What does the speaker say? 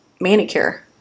manicure